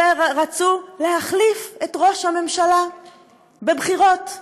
שרצו להחליף את ראש הממשלה בבחירות דמוקרטיות.